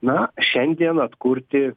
na šiandien atkurti